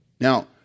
Now